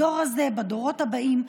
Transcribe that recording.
בדור הזה ובדורות הבאים,